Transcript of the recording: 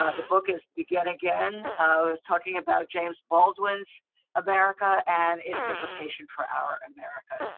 ah the book is begin again talking about james baldwin's america, and it's the vocation for our america.